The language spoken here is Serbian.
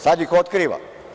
Sad ih otkriva.